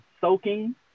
soaking